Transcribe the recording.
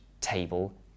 table